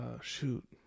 shoot